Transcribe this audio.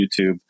YouTube